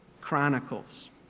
chronicles